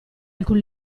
alcun